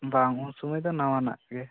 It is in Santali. ᱵᱟᱝ ᱩᱱ ᱥᱚᱢᱚᱭ ᱫᱚ ᱱᱟᱣᱟᱱᱟᱜ ᱜᱮ